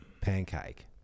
Pancake